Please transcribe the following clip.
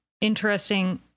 interesting